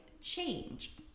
change